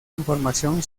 información